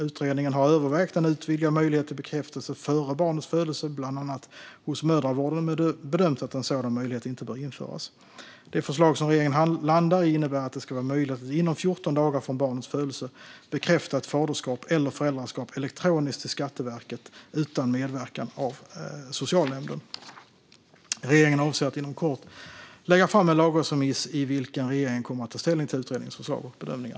Utredningen har övervägt en utvidgad möjlighet till bekräftelse före barnets födelse, bland annat hos mödravården, men bedömt att en sådan möjlighet inte bör införas. Det förslag som utredningen landar i innebär att det ska vara möjligt att inom 14 dagar från barnets födelse bekräfta ett faderskap eller föräldraskap elektroniskt till Skatteverket, utan medverkan av socialnämnden. Regeringen avser att inom kort lägga fram en lagrådsremiss i vilken regeringen kommer att ta ställning till utredningens förslag och bedömningar.